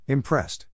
Impressed